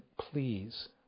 please